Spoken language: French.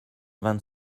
vingt